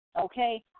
Okay